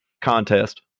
contest